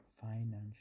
financial